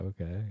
okay